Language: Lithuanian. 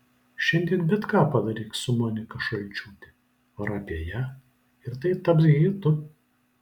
šiandien bet ką padaryk su monika šalčiūte ar apie ją ir tai taps hitu